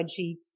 spreadsheet